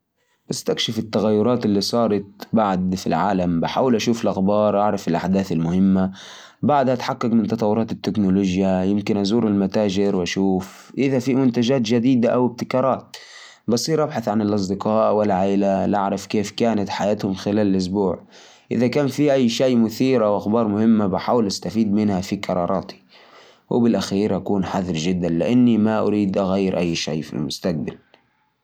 يا عيني، تقدمت أسبوع قدام! أول شيء بأتأكد من الأشياء اللي كنت منتظرها، إذا جاءت ولا لا. وأشوف إذا في شيء يحتاج تعديل أو تصليح قبل لا يوصل موعده. وأكيد بحاول أجهز نفسي للأسبوع هذا، وأشوف كيف أقدر أستفيد من اللي عرفته.